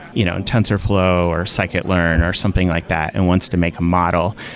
you know in tensorflow or scikit-learn, or something like that, and wants to make a model.